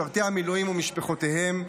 משרתי המילואים ומשפחותיהם,